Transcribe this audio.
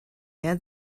add